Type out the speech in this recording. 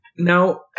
Now